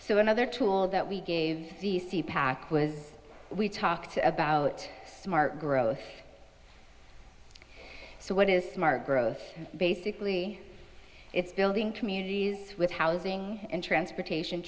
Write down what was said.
so another tool that we gave the c pack was we talked about smart growth so what is smart growth basically it's building communities with housing and transportation